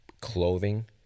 clothing